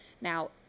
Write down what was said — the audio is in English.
now